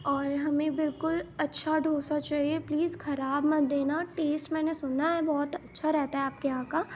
اور ہمیں بالکل اچھا ڈوسا چاہیے پلیز خراب مت دینا ٹیسٹ میں نے سنا ہے بہت اچھا رہتا ہے آپ کے یہاں کا